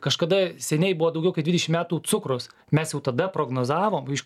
kažkada seniai buvo daugiau kaip dvidešim metų cukrus mes jau tada prognozavom iš